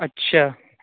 اچھا